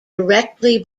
directly